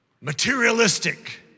materialistic